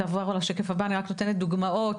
עוד דוגמאות: